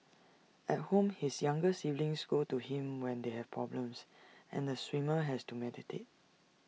at home his younger siblings go to him when they have problems and the swimmer has to mediate